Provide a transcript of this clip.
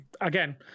again